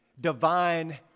divine